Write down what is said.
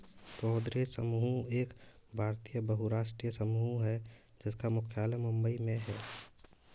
गोदरेज समूह एक भारतीय बहुराष्ट्रीय समूह है जिसका मुख्यालय मुंबई में है